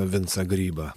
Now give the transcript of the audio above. vincą grybą